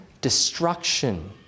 destruction